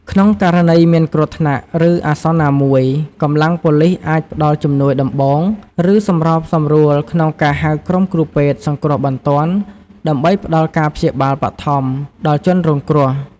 ក្នុងករណីមានគ្រោះថ្នាក់ ឬអាសន្នណាមួយ កម្លាំងប៉ូលិសអាចផ្តល់ជំនួយដំបូង ឬសម្របសម្រួលក្នុងការហៅក្រុមគ្រូពេទ្យសង្គ្រោះបន្ទាន់ ដើម្បីផ្តល់ការព្យាបាលបឋមដល់ជនរងគ្រោះ។